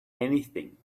anything